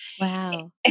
Wow